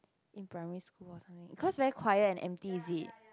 in primary school or something cause very quiet and empty is it